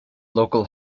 local